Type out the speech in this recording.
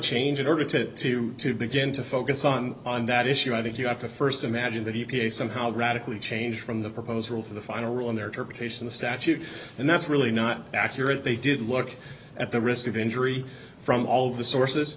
change in order to to to begin to focus on on that issue i think you have to first imagine that somehow radically changed from the proposal to the final rule on their turf a case in the statute and that's really not accurate they did look at the risk of injury from all the sources